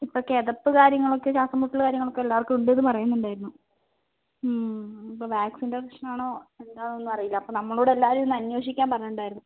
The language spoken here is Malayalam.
ഇപ്പോൾ കിതപ്പ് കാര്യങ്ങളൊക്കെ ശ്വാസം മുട്ടൽ കാര്യങ്ങളൊക്കെ എല്ലാവർക്കുണ്ട് എന്ന് പറയുന്നുണ്ടായിരുന്നു ഇപ്പോൾ വാക്ക്സിന്റെ പ്രശ്നമാണോ എന്താണെന്നൊന്നും അറിയില്ല അപ്പം നമ്മളോട് എല്ലാവരെയും ഒന്ന് അന്വേഷിക്കാൻ പറഞ്ഞിട്ടുണ്ടായിരുന്നു